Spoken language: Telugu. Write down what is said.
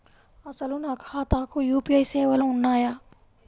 అసలు నా ఖాతాకు యూ.పీ.ఐ సేవలు ఉన్నాయా?